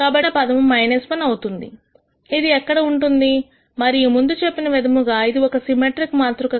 కాబట్టి మిగిలిన పదము 1 అవుతుంది ఇది ఎక్కడ ఉంటుంది మరియు ముందు చెప్పిన విధముగా ఇది ఒక సిమెట్రిక్ మాతృక